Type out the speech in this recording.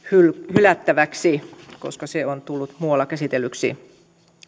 hylättäväksi koska se on tullut muualla käsitellyksi